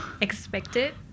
expected